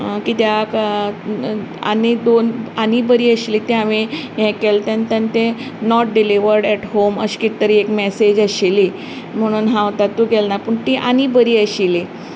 कित्याक आनी दोन आनी बरी आशिल्लीं तें हांवेन हें केलें तेन्ना तें नोट डिल्हीवर्ड एट होम अशें कितें तरी एक मॅसेज आशिल्ली म्हणून हांव तातूंत गेलें ना पूण ती आनीक बरी आशिल्ली